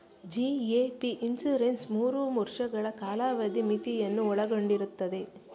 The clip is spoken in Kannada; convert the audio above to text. ಜಿ.ಎ.ಪಿ ಇನ್ಸೂರೆನ್ಸ್ ಮೂರು ವರ್ಷಗಳ ಕಾಲಾವಧಿ ಮಿತಿಯನ್ನು ಒಳಗೊಂಡಿರುತ್ತದೆ